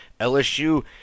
lsu